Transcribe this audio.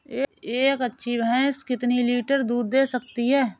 एक अच्छी भैंस कितनी लीटर दूध दे सकती है?